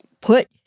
put